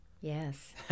Yes